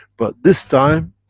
but this time,